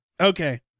Okay